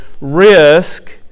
risk